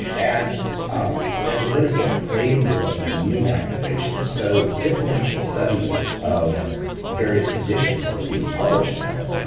and um then what is the flavor of the immune activation? so, differential studies of various conditions are being published now.